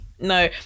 no